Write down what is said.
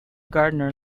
gardiner